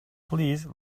please